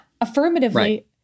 affirmatively